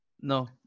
No